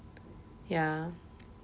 ya